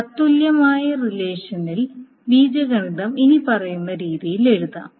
തത്തുല്യമായ റിലേഷണൽ ബീജഗണിതം ഇനിപ്പറയുന്ന രീതിയിൽ എഴുതാം